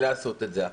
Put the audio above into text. לעשות את זה עכשיו.